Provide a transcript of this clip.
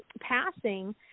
passing